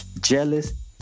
Jealous